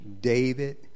David